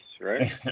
right